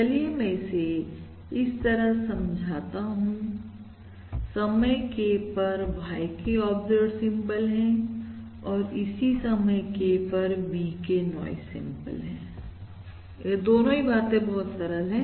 चलिए मैं इसे इस तरह समझाता हूं समय K पर YK ऑब्जर्व्ड सिंबल है और इसी समय K पर VK नाइंज सैंपल हैयह दोनों ही बातें बहुत सरल है